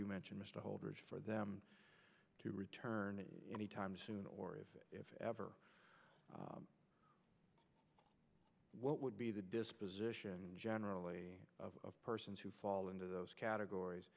you mentioned mr holder's for them to return anytime soon or if it ever what would be the disposition generally of persons who fall into those categories